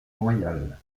royales